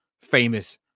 famous